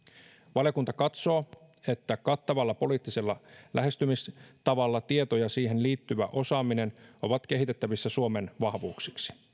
valiokunta katsoo että kattavalla poliittisella lähestymistavalla tieto ja siihen liittyvä osaaminen ovat kehitettävissä suomen vahvuuksiksi